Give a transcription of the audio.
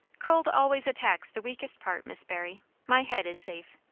cold always attacks the weakest part, miss barry. my head is safe.